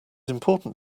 important